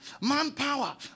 manpower